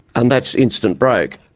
and that's instant broke.